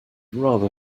rather